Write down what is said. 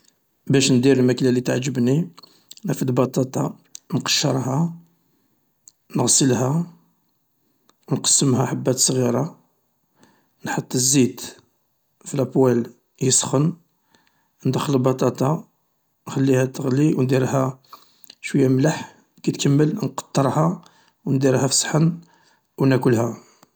باش ندير الماكلة اللي تعجبني نرفد بطاطا انقشرها نغسلها، نقسمها حبات صغيرة، انحط الزيت في لابوال يسخن، اندخل البطاطا انخليها تخلي و انديرلها شويا ملح كي تكمل نقطرها ونديرها في الصحن و ناكلها.